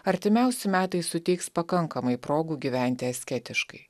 artimiausi metai suteiks pakankamai progų gyventi asketiškai